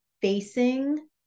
facing